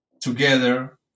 together